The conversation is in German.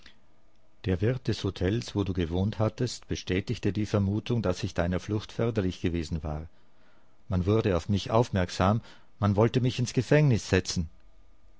der wirt des hotels wo du gewohnt hattest bestätigte die vermutung daß ich deiner flucht förderlich gewesen war man wurde auf mich aufmerksam man wollte mich ins gefängnis setzen